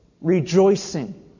rejoicing